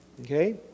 Okay